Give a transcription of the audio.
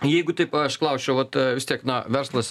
jeigu taip aš klausčiau vat vis tiek na verslas